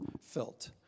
felt